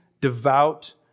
devout